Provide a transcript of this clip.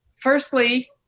Firstly